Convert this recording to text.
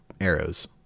arrows